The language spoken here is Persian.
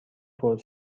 فور